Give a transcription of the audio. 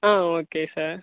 ah okay sir